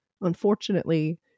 unfortunately